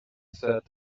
said